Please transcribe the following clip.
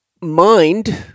Mind